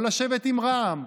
לא לשבת עם רע"מ,